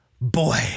boy